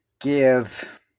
give